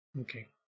Okay